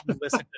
listen